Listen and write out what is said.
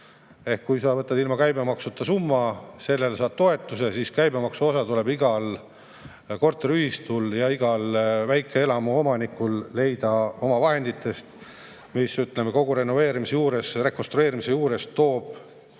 kui sa võtad ilma käibemaksuta summa, sellele saad toetuse, siis käibemaksuosa tuleb igal korteriühistul ja igal väikeelamu omanikul leida omavahenditest, mis kogu renoveerimise või rekonstrueerimise juures toob